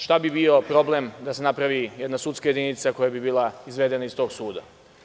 Šta bi bio problem da se napravi jedna sudska jedinica koja bi bila izvedena iz tog suda?